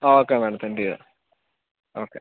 okay madam send ചെയ്യാം okay